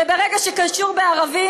וברגע שקשור בערבים,